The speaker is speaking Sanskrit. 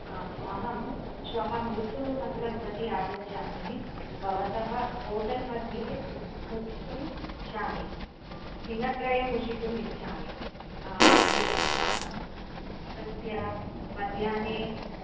आ अहं श्वः मैसुरु नगरं प्रति आगच्छामि भवतः होटेल् मध्ये उषितुम् इच्छामि दिनत्रयं उषितुं इच्छामि मध्यानि